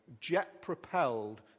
jet-propelled